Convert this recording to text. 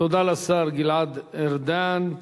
תודה לשר גלעד ארדן.